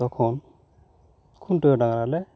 ᱛᱚᱠᱷᱚᱱ ᱠᱷᱩᱱᱴᱟᱹᱣ ᱰᱟᱝᱨᱟ ᱞᱮ ᱪᱟᱨᱦᱟᱣ ᱠᱚᱣᱟ